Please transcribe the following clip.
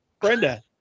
Brenda